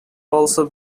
also